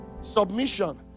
submission